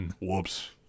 Whoops